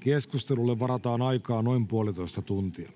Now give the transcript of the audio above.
Keskustelulle varataan aikaa noin puolitoista tuntia.